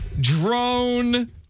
drone